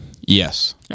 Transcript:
yes